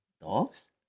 Dogs